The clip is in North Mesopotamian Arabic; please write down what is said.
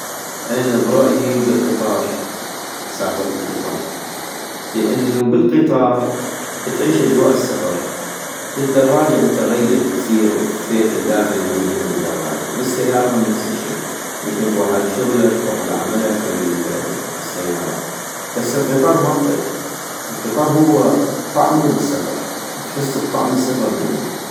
انا برأيي بالقطار، اسافر بالقطار - لانو بالقطار تعيش اجواء السفر، بالدراجة انت غيح كثيغ فيتل داخل المدينة بالدراجة، وبالسيارة هم نفس الشي، يمكن تغوح على شغلك تغوح على عملك بال بالسيارة، بس القطار ما اطيق - القطار هو طعمو بالسفر، تحس بطعم السفر بينو